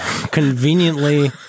conveniently